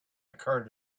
occur